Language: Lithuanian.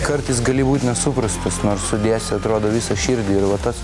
kartais gali būti nesuprastas nors sudėsi atrodo visą širdį ir vat tas